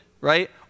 Right